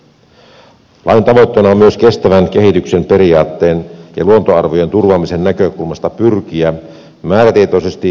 lain tavoitteena on myös kestävän kehityksen periaatteen ja luontoarvojen turvaamisen näkökulmasta pyrkiä määrätietoisesti energiatehokkuuteen